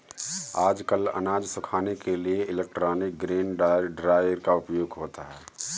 आजकल अनाज सुखाने के लिए इलेक्ट्रॉनिक ग्रेन ड्रॉयर का उपयोग होता है